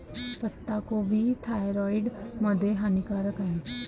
पत्ताकोबी थायरॉईड मध्ये हानिकारक आहे